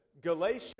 Galatia